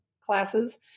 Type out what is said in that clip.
classes